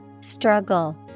Struggle